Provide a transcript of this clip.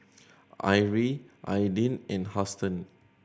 Arrie Aydin and Huston